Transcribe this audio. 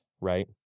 right